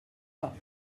pas